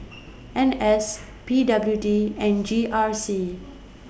N S P W D and G R C